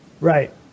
Right